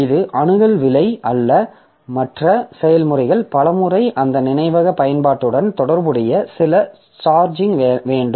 இது அணுகல் விலை அல்ல மற்ற செயல்முறைகள் பல முறை அந்த நினைவக பயன்பாட்டுடன் தொடர்புடைய சில சார்ஜிங் வேண்டும்